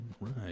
right